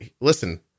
listen